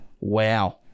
Wow